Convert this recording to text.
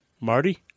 Marty